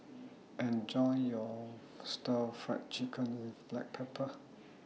Enjoy your Stir Fry Chicken with Black Pepper